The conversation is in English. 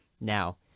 Now